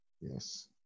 Yes